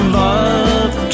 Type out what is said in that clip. love